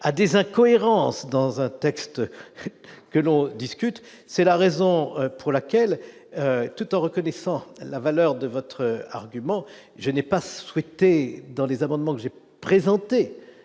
à des incohérences dans un texte que l'on discute, c'est la raison pour laquelle, tout en reconnaissant la valeur de votre argument, je n'ai pas souhaité dans les amendements que j'ai présentée